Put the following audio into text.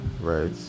right